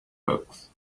books